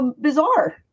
Bizarre